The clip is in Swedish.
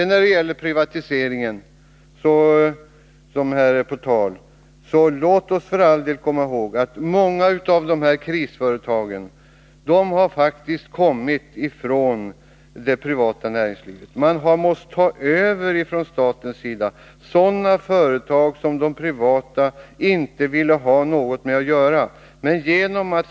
När det gäller privatiseringen, som här är på tal, så låt oss för all del komma ihåg att många av de här krisföretagen faktiskt har kommit från det privata näringslivet. Man har från statens sida varit tvungen att ta över sådana företag som de privata ägarna inte ville ha med att göra.